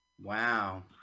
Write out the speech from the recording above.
Wow